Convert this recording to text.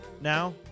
now